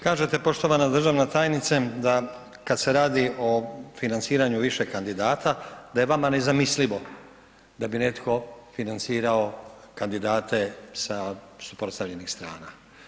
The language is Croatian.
Kažete poštovana državna tajnice, da kada se radi o financiranju više kandidata, da je vama nezamislivo da bi netko financirao kandidate sa suprotstavljenih strana.